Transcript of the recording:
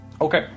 okay